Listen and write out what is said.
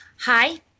Hi